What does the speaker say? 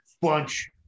bunch